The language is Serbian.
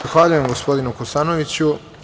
Zahvaljujem gospodinu Kosanoviću.